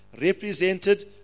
represented